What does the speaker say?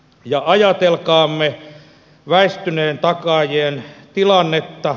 ja ajatelkaamme väistyneiden takaajien tilannetta